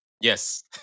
Yes